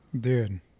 Dude